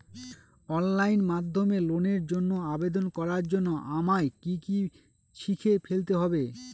Online মাধ্যমে লোনের জন্য আবেদন করার জন্য আমায় কি কি শিখে ফেলতে হবে?